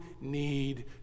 need